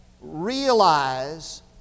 Realize